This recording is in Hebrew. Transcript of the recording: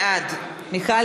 בעד מיכל